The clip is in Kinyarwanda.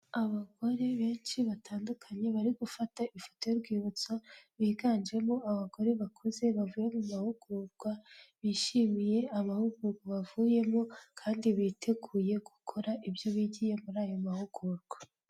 Abagore benshi batandukanye bari gufata ifoto y'urwibutso, biganjemo abagore bakuze bavuye mu mahugurwa, bishimiye amahugurwa bavuyemo kandi biteguye gukora ibyo bigiye muri ayo mahugurwa.